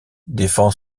défend